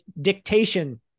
dictation